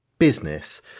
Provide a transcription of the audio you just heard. Business